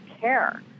care